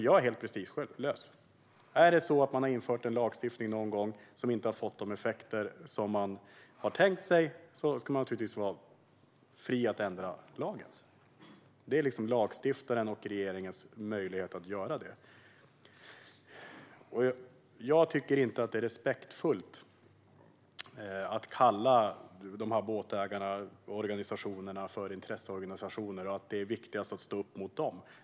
Jag är helt prestigelös. Om det är så att det har införts en lagstiftning som inte har fått de effekter som var tänkta ska man naturligtvis vara fri att ändra lagen. Det är lagstiftarens och regeringens möjlighet att göra så. Det är inte respektfullt att kalla båtägarna och organisationerna för intresseorganisationer och hävda att det är viktigast att stå upp mot dem.